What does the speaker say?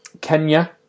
Kenya